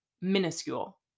minuscule